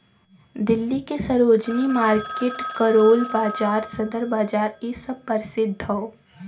दिल्ली के सरोजिनी मार्किट करोल बाग सदर बाजार इ सब परसिध हौ